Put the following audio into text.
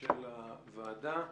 של הוועדה.